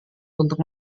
untuk